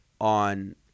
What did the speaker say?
on